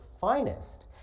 finest